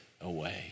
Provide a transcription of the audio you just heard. away